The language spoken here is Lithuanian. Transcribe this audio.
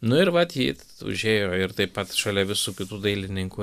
nu ir vat ji užėjo ir taip pat šalia visų kitų dailininkų